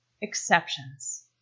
exceptions